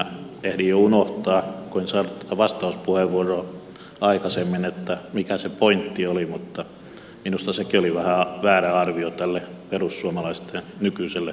ehdin jo unohtaa kun en saanut tätä vastauspuheenvuoroa aikaisemmin mikä se pointti oli mutta minusta sekin oli vähän väärä arvio tälle perussuomalaisten nykyiselle eduskuntaryhmälle